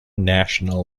national